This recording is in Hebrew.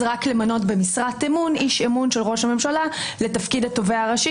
רק למנות במשרת אמון איש אמון של ראש הממשלה לתפקיד התובע הראשי